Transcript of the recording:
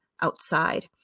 outside